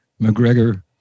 McGregor